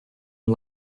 and